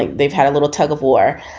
like they've had a little tug of war.